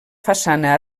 façana